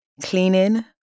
Cleaning